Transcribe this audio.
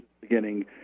beginning